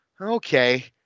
okay